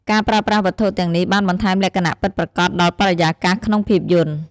ការប្រើប្រាស់វត្ថុទាំងនេះបានបន្ថែមលក្ខណៈពិតប្រាកដដល់បរិយាកាស ក្នុងភាពយន្ត។